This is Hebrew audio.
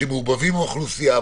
שמעורבבים עם האוכלוסייה,